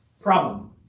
Problem